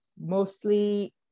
mostly